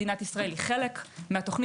מדינת ישראל היא חלק מהתוכנית.